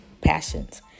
passions